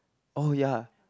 oh ya